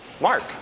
Mark